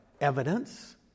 evidence